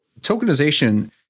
tokenization